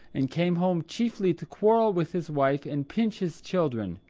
and came home chiefly to quarrel with his wife and pinch his children.